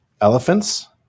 elephants